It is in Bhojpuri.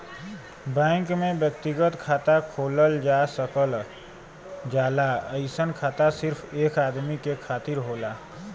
बैंक में व्यक्तिगत खाता खोलल जा सकल जाला अइसन खाता सिर्फ एक आदमी के खातिर होला